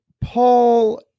Paul